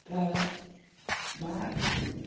दा मा होनबावगोन